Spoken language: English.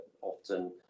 often